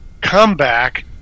comeback